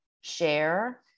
share